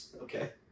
Okay